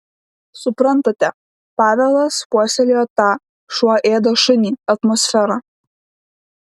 suprantate pavelas puoselėjo tą šuo ėda šunį atmosferą